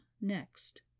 next